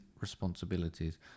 responsibilities